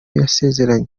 yasezeranye